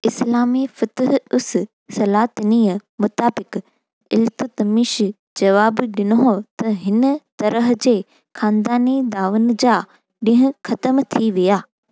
इस्लामी फितुर उस सलातिनीअ मुताबिक़ इल्तुतमिश जवाबु ॾिनो त हिन तरह जे ख़ानदानी दावनि जा ॾींहं ख़तमु थी विया